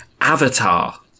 Avatar